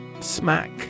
Smack